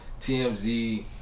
TMZ